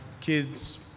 kids